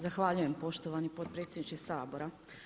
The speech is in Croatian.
Zahvaljujem poštovani potpredsjedniče Sabora.